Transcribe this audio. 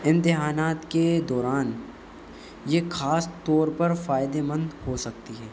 امتحانات کے دوران یہ خاص طور پر فائدےمند ہو سکتی ہے